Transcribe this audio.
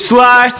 Sly